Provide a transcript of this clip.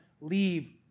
leave